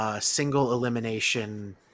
single-elimination